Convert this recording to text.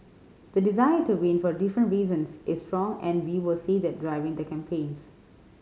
the desire to win for different reasons is strong and we will see that driving the campaigns